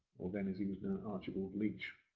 or then as he was known, archibald leach,